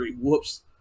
Whoops